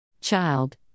Child